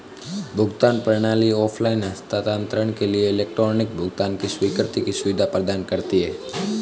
भुगतान प्रणाली ऑफ़लाइन हस्तांतरण के लिए इलेक्ट्रॉनिक भुगतान की स्वीकृति की सुविधा प्रदान करती है